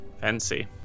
Fancy